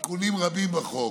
תיקונים רבים בחוק.